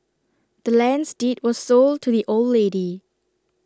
the land's deed was sold to the old lady